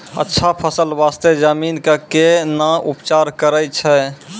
अच्छा फसल बास्ते जमीन कऽ कै ना उपचार करैय छै